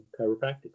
chiropractic